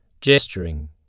gesturing